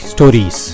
Stories